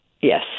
Yes